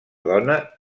dona